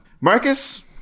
Marcus